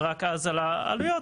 ורק אז על העלויות,